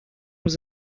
was